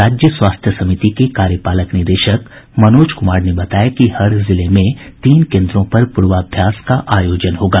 राज्य स्वास्थ्य समिति के कार्यपालक निदेशक मनोज कुमार ने बताया कि हर जिले में तीन केन्द्रों पर पूर्वाभ्यास का आयोजन होगा